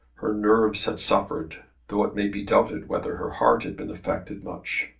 her nerves had suffered, though it may be doubted whether her heart had been affected much.